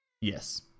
Yes